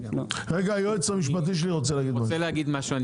היועץ המשפטי רוצה להגיד משהו.